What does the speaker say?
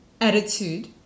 attitude